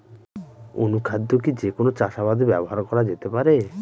অনুখাদ্য কি যে কোন চাষাবাদে ব্যবহার করা যেতে পারে?